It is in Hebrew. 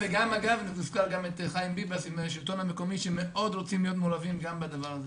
הוזכר גם חיים ביבס מהשלטון המקומי שמאוד רוצים להיות מעורבים בדבר הזה.